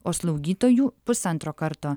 o slaugytojų pusantro karto